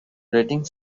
rating